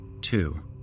Two